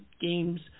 games